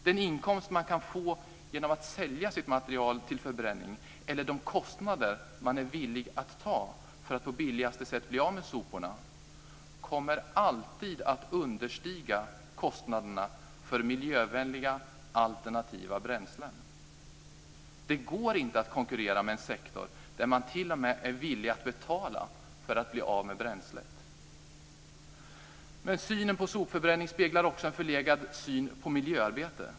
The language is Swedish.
Den inkomst man kan få genom att sälja sitt material till förbränning eller de kostnader man är villig att ta för att på billigaste sätt bli av med soporna kommer alltid att understiga kostnaderna för miljövänliga alternativa bränslen. Det går inte att konkurrera med en sektor där man t.o.m. är villig att betala för att bli av med bränslet. Synen på sopförbränning speglar också en förlegad syn på miljöarbete.